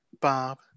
Bob